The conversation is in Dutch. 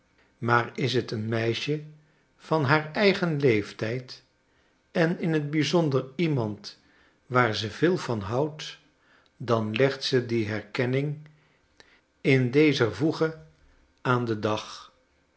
maar is t een meisje van haar eigen leeftijd en in t bijzonder iemand waar ze veel van houdt dan legt ze die herkenning in dezer voegeaanden dag